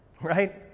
Right